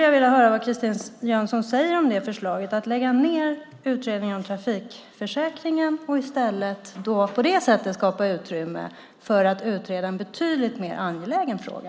Jag vill höra vad Christine Jönsson säger om förslaget att lägga ned utredningen om trafikförsäkringen och på det sättet skapa utrymme för att utreda en betydligt mer angelägen fråga.